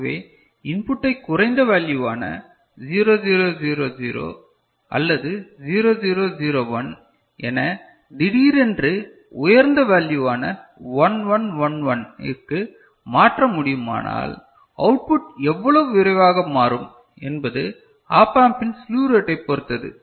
ஆகவே இன்புட்டை குறைந்த வேல்யூவான 0 0 0 0 அல்லது 0 0 0 1 என திடீரென உயர்ந்த வேல்யூவான 1 1 1 1 இக்கு மாற்ற முடியுமானால் அவுட்புட் எவ்வளவு விரைவாக மாறும் என்பது ஆப் ஆம்ப்பின் ஸ்லூவ் ரேட்டை பொறுத்தது